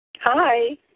Hi